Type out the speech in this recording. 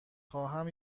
خواهم